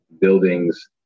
buildings